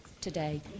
today